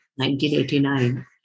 1989